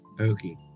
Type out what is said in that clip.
Okay